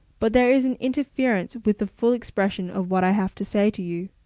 but there is an interference with the full expression of what i have to say to you.